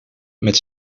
met